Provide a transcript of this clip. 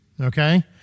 Okay